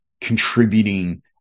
contributing